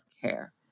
care